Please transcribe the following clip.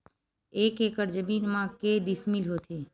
एक एकड़ जमीन मा के डिसमिल होथे?